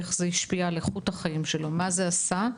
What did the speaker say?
איך זה השפיע על איכות החיים שלו ומה זה עשה,